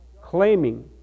claiming